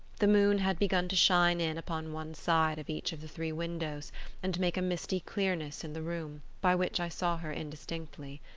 the moon had begun to shine in upon one side of each of the three windows, and make a misty clearness in the room, by which i saw her indistinctly.